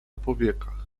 powiekach